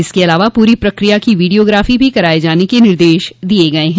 इसके अलावा पूरी प्रक्रिया की वीडियोग्राफी भी कराये जाने के निर्देश दिये गये हैं